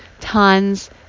tons